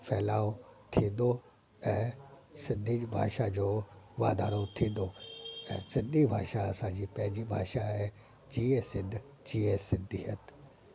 फैलाव थींदो ऐं सिंधी भाषा जो वाधारो बि थींदो ऐं सिंधी भाषा असां जी पंहिंजी भाषा आहे जीए सिंध जीए सिंधीहत